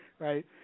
Right